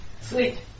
Sweet